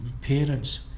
parents